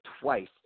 twice